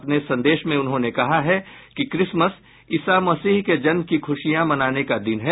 अपने संदेश में उन्होंने कहा है कि क्रिसमस ईसा मसीह के जन्म की खुशियां मनाने का दिन है